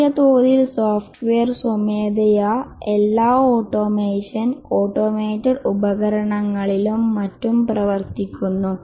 വലിയ തോതിൽ സോഫ്റ്റ്വെയർ സ്വമേധയാ എല്ലാ ഓട്ടോമേഷൻ ഓട്ടോമേറ്റഡ് ഉപകരണങ്ങളിലും മറ്റും പ്രവർത്തിക്കുന്നു